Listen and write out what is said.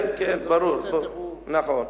כן, ברור, נכון.